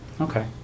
Okay